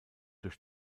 durch